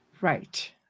right